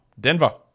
Denver